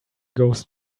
ghost